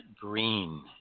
green